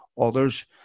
others